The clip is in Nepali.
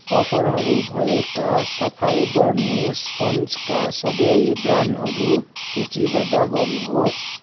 अफरहरू भएका सफाइ गर्ने स्पन्जका सबै ब्रान्डहरू सूचीबद्ध गर्नुहोस्